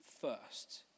first